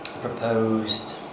Proposed